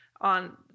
on